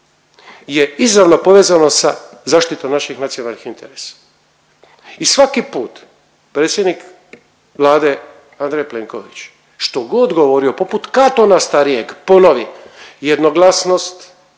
je izravno povezano sa zaštitom naših nacionalnih interesa i svaki put predsjednik Vlade Andrej Plenković, što god govorio, poput Katona starijeg ponovi jednoglasnost